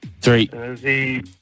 Three